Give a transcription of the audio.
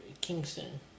Kingston